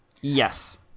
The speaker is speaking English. Yes